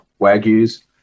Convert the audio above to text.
Wagyus